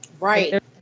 Right